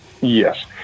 Yes